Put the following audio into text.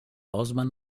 osman